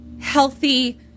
healthy